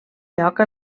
lloc